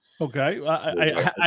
Okay